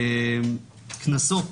קנסות